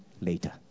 later